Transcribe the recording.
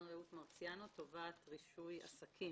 תובעת רישוי עסקים.